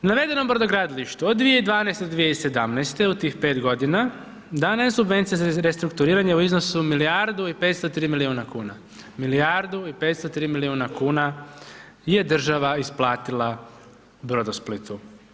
Navedenom brodogradilištu od 2012. do 2017. u tih 5 godina dana je subvencija za restrukturiranje u iznosu milijardu i 503 milijuna kuna, milijardu i 503 milijuna kuna je država isplatila Brodosplitu.